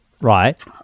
right